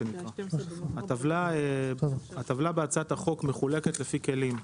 הטבלה בהצעת החוק מחולקת לפי כלים.